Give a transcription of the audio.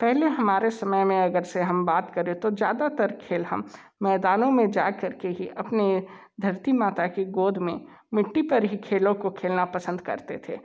पहले हमारे समय में अगर से हम बात करें तो ज़्यादातर खेल हम मैदानों में जाकर के ही अपने धरती माता की गोद में मिट्टी पर ही खेलों को खेलना पसंद करते थे